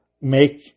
make